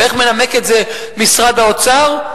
ואיך מנמק את זה משרד האוצר?